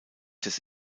des